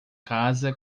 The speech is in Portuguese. casa